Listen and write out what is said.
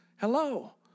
Hello